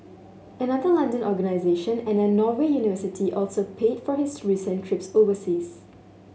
another London organisation and a Norway university also paid for his recent trips overseas